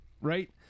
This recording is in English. Right